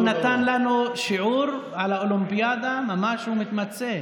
הוא נתן לנו שיעור על האולימפיאדה, הוא ממש מתמצא.